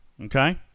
Okay